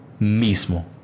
mismo